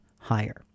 higher